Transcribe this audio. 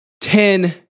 Ten